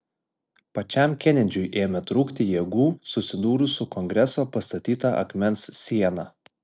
pačiam kenedžiui ėmė trūkti jėgų susidūrus su kongreso pastatyta akmens siena